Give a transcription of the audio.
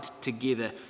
together